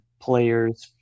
Players